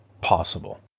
possible